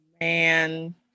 man